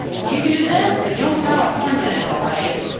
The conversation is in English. you do this, and you'll california it, all right.